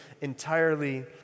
entirely